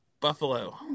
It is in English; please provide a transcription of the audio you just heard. Buffalo